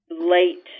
late